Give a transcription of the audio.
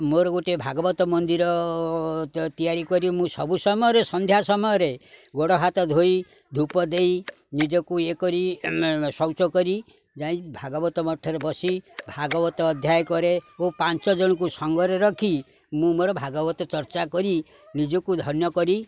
ମୋର ଗୋଟିଏ ଭାଗବତ ମନ୍ଦିର ତିଆରି କରି ମୁଁ ସବୁ ସମୟରେ ସନ୍ଧ୍ୟା ସମୟରେ ଗୋଡ଼ ହାତ ଧୋଇ ଧୂପ ଦେଇ ନିଜକୁ ଇଏ କରି ଶୌଚ କରି ଯାଇ ଭାଗବତ ମଠରେ ବସି ଭାଗବତ ଅଧ୍ୟାୟ କରେ ଓ ପାଞ୍ଚ ଜଣଙ୍କୁ ସାଙ୍ଗରେ ରଖି ମୁଁ ମୋର ଭାଗବତ ଚର୍ଚ୍ଚା କରି ନିଜକୁ ଧନ୍ୟ କରି